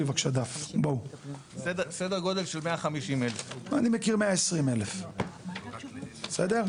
סדר גודל של 150,000. אני מכיר 120,000. בסדר?